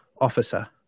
officer